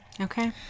Okay